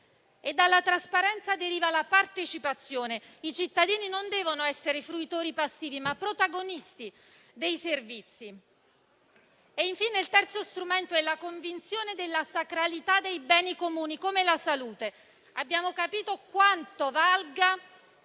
Dalla trasparenza deriva la partecipazione: i cittadini non devono essere fruitori passivi, ma protagonisti dei servizi. Infine, il terzo strumento è la convinzione della sacralità dei beni comuni, come la salute. Abbiamo capito quanto valgano